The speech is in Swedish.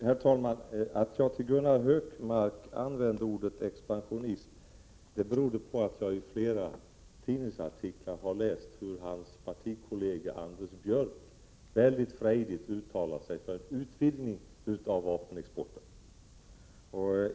Herr talman! Att jag om Gunnar Hökmark använde ordet ”expansionist” berodde på att jag i flera tidningsartiklar har läst hur hans partikollega Anders Björck mycket frejdigt uttalat sig för en utvidgning av vapenexporten.